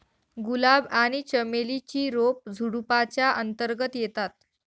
गुलाब आणि चमेली ची रोप झुडुपाच्या अंतर्गत येतात